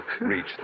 reach